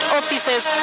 offices